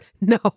No